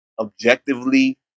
objectively